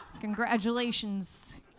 congratulations